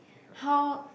how